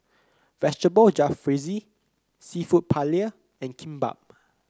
Vegetable Jalfrezi seafood Paella and Kimbap